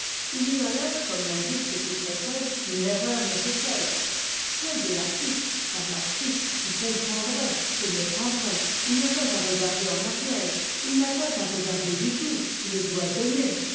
il y a là comme l'indique ce qui précède une erreur nécessaire celle de l'artiste car l'artiste qui comprendrait se méprendrait il n'a pas à regarder en arrière il n'a pas à regarder du tout il doit donner